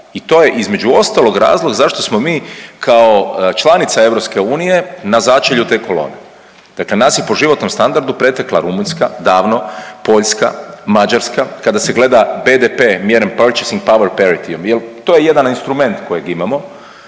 i to je između ostalog razlog zašto smo mi kao članica EU na začelju te kolone. Dakle nas je po životnom standardu pretekla Rumunjska davno, Poljska, Mađarska kada se gleda PDP…/Govornik se ne razumije/…jel to je jedan instrument kojeg imamo